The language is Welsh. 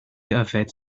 yfed